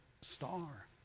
star